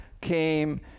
came